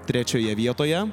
trečioje vietoje